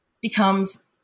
becomes